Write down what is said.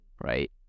right